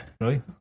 Right